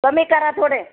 कमी करा थोडे